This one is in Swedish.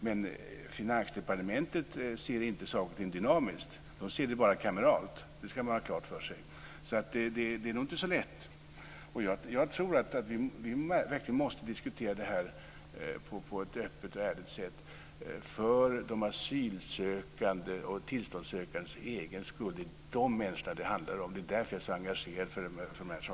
Men Finansdepartementet ser inte på saker och ting dynamiskt utan bara kameralt, det ska man ha klart för sig. Så det är nog inte så lätt. Jag tror verkligen att vi måste diskutera det här på ett öppet och ärligt sätt för de asylsökandes och tillståndssökandes egen skull. Det är dessa människor det handlar om. Det är därför jag är så engagerad i de här frågorna.